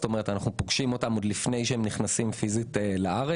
זאת אומרת שאנחנו פוגשים אותם עוד לפני שהם נכנסים פיזית לארץ.